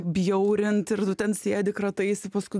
bjaurint ir tu ten sėdi krataisi paskui